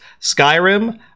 Skyrim